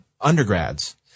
undergrads